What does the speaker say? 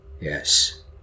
Yes